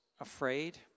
afraid